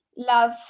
love